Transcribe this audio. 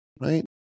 Right